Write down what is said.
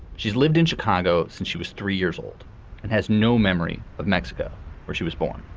she's lived in chicago since she was three years old and has no memory of mexico where she was born.